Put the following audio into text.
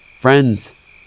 Friends